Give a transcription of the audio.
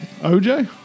OJ